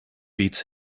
beats